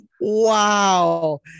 Wow